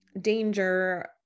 danger